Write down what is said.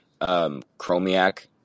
Chromiak